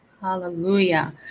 Hallelujah